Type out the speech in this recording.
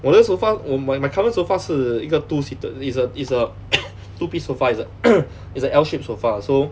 我那个 sofa my my current sofa 是一个 two seated it's a its a two piece sofa it's L shaped sofa so